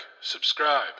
subscribe